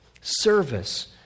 service